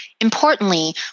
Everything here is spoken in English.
importantly